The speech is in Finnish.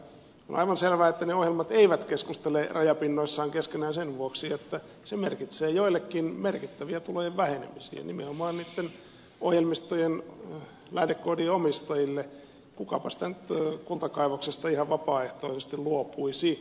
on aivan selvää että ne ohjelmat eivät keskustele rajapinnoissaan keskenään sen vuoksi että se merkitsee joillekin merkittäviä tulojen vähennyksiä nimenomaan niitten ohjelmistojen lähdekoodien omistajille kukapa sitä nyt kultakaivoksesta ihan vapaaehtoisesti luopuisi